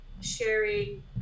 sharing